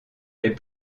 les